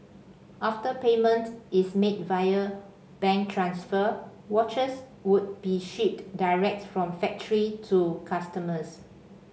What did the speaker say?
after payment is made via bank transfer watches would be shipped direct from the factory to customers